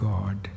God